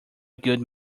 good